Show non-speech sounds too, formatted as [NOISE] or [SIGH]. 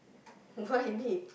[BREATH] why me